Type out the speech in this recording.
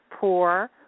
poor